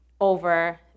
over